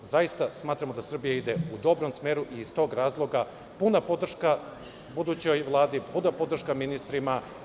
Zaista smatramo da Srbija ide u dobrom smeru i iz tog razloga puna podrška budućoj Vladi, puna podrška ministrima.